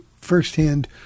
firsthand